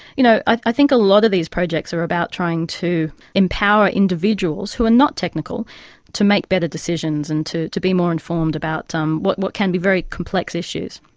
you know i think a lot of these projects are about trying to empower individuals who are not technical to make better decisions and to to be more informed about um what what can be very complex issues.